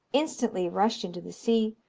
instantly rushed into the sea,